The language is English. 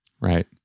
Right